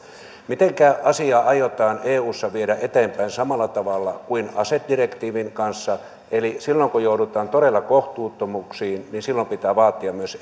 mitenkä asiaa aiotaan eussa viedä eteenpäin samalla tavalla kuin asedirektiivin kanssa eli silloin kun joudutaan todella kohtuuttomuuksiin pitää vaatia myös